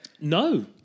no